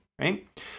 right